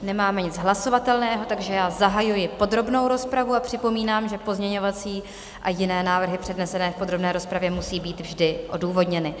Nemáme nic hlasovatelného, takže zahajuji podrobnou rozpravu a připomínám, že pozměňovací a jiné návrhy přednesené v podrobné rozpravě musí být vždy odůvodněny.